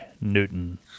Newton